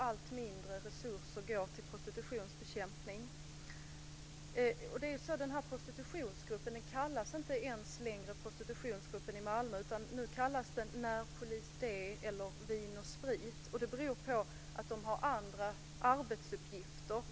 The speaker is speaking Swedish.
Allt mindre resurser går till prostitutionsbekämpning. Denna prostitutionsgrupp kallas inte ens längre Prostitutionsgruppen i Malmö utan nu kallas den för Närpolis D eller Vin & Sprit. Det beror på att man har andra arbetsuppgifter.